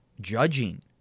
judging